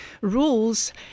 rules